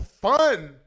Fun